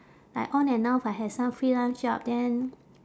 like on and off I have some freelance job then